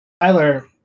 Tyler